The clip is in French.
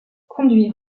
conduit